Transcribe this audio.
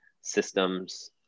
systems